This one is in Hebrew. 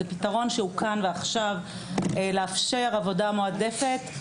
זה פתרון שהוא כאן ועכשיו, לאפשר עבודה מועדפת.